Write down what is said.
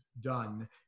done